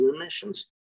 emissions